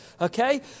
Okay